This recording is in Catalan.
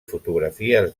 fotografies